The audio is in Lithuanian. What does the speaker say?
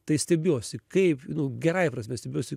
tai stebiuosi kaip gerąja prasme stebiuosi